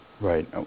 Right